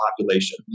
population